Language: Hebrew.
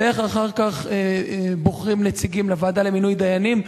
ואיך אחר כך בוחרים נציגים לוועדה למינוי דיינים,